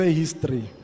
history